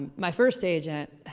my first agent.